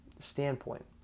standpoint